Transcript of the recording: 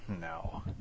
No